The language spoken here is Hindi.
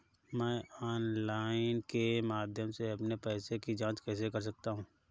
मैं ऑनलाइन के माध्यम से अपने पैसे की जाँच कैसे कर सकता हूँ?